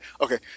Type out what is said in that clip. Okay